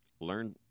learn